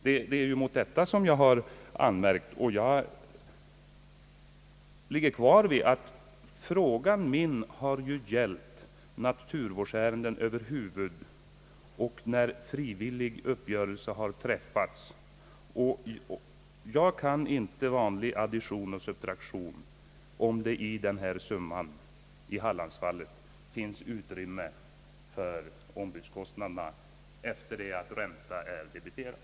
Det är mot detta som jag har anmärkt, och jag står fast vid att min fråga har gällt naturvårdsärenden över huvud taget och när frivillig uppgörelse har träffats. Jag kan inte vanlig addition och subtraktion om det i den summa som har utgått i Hallandsfallet finns utrymme för ombudskostnaderna efter det att ränta är debiterad.